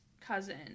cousin